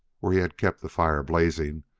where he had kept the fire blazing,